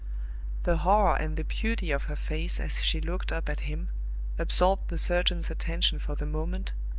the horror and the beauty of her face as she looked up at him absorbed the surgeon's attention for the moment,